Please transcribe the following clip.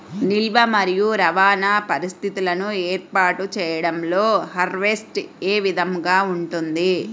నిల్వ మరియు రవాణా పరిస్థితులను ఏర్పాటు చేయడంలో హార్వెస్ట్ ఏ విధముగా ఉంటుంది?